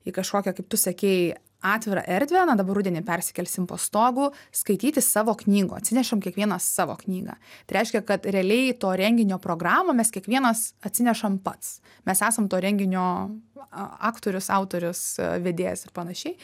į kažkokią kaip tu sekei atvirą erdvę na dabar rudenį persikelsim po stogu skaityti savo knygų atsinešam kiekvienas savo knygą tai reiškia kad realiai to renginio programą mes kiekvienas atsinešam pats mes esam to renginio aktorius autorius vedėjas ir panašiai